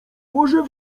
może